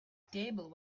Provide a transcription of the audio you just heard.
table